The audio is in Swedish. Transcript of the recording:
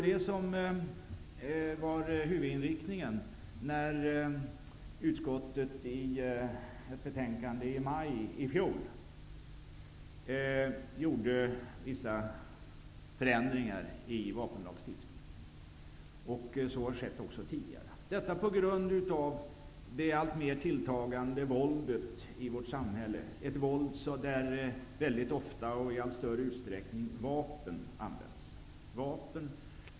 Detta var huvudinriktningen när utskottet i ett betänkande i maj i fjol gjorde vissa förändringar i vapenlagstiftningen. Så har också skett tidigare. Bakgrunden är det alltmer tilltagande våldet i vårt samhälle -- ett våld där vapen används oftare och i allt större utsträckning.